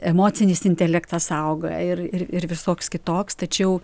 emocinis intelektas auga ir ir ir visoks kitoks tačiau